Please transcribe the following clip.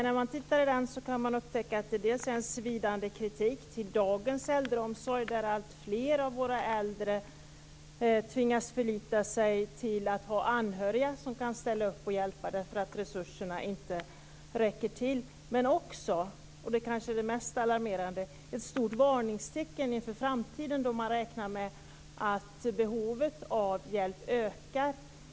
När man tittar i den kan man upptäcka dels en svidande kritik mot dagens äldreomsorg, där alltfler av våra äldre tvingas förlita sig till anhöriga som kan ställa upp och hjälpa dem därför att resurserna inte räcker till, dels - kanske mest alarmerande - ett stort varningstecken inför framtiden då man räknar med att behovet av hjälp ökar.